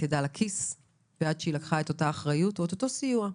ידה לכיס ועד שהיא לקחה את האחריות ונתנה סיוע.